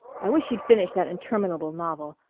i wish he'd finish that interminable novel.